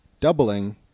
doubling